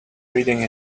reading